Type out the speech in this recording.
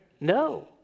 no